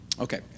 Okay